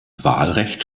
wahlrecht